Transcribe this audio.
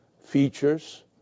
features